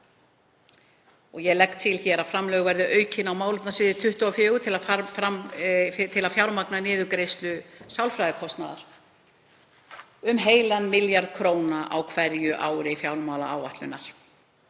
Ég legg til að framlög verði aukin á málefnasviði 24 til að fjármagna niðurgreiðslu sálfræðikostnaðar um heilan milljarð króna á hverju ári fjármálaáætlunar,